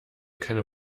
keine